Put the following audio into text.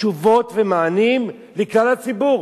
תשובות ומענים לכלל הציבור,